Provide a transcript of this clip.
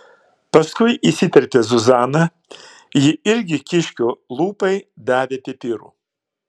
paskui įsiterpė zuzana ji irgi kiškio lūpai davė pipirų